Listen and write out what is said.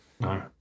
No